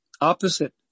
opposite